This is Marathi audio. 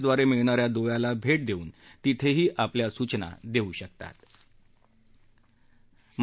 ड्वारे मिळणाऱ्या दुव्याला भेट देऊन तिथेही आपल्या सूचना देऊ शकतात